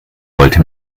wollte